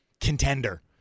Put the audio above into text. contender